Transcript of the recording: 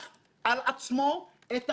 אני אומר את זה בהתרגשות רבה